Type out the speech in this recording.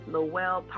Lowell